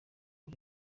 ari